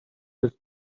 his